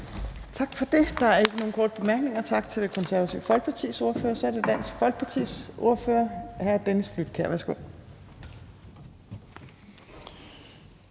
Tak for det. Der er ikke nogen korte bemærkninger, så tak til Det Konservative Folkepartis ordfører. Så er det Dansk Folkepartis ordfører, hr. Dennis Flydtkjær. Værsgo.